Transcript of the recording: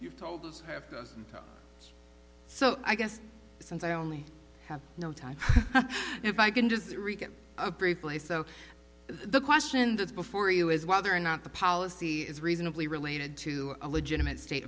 you've told us have so i guess since i only have no time if i can just recap briefly so the question that's before you is whether or not the policy is reasonably related to a legitimate state